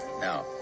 now